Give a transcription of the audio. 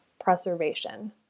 preservation